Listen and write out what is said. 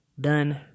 Done